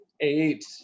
Eight